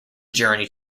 journey